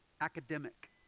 academic